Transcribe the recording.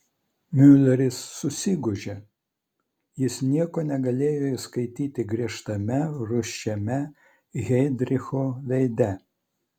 miuleris susigūžė jis nieko negalėjo įskaityti griežtame rūsčiame heidricho veide